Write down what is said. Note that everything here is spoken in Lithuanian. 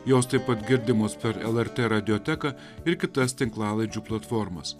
jos taip pat girdimos per lrt radioteką ir kitas tinklalaidžių platformas